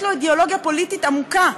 יש לו אידיאולוגיה פוליטית עמוקה,